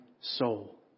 soul